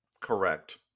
Correct